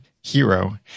Hero